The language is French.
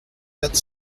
quatre